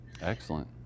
Excellent